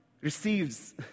receives